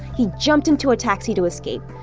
he jumped into a taxi to escape,